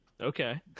Okay